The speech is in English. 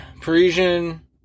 Parisian